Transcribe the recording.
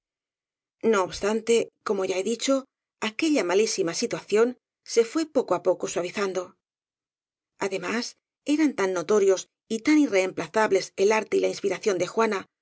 no obstante y como ya he dicho aquella malísima situación se fué poco á poco suavizando además eran tan notorios y tan irreemplazables el arte y la inspiración de juana